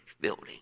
building